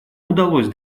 удалось